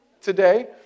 today